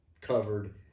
covered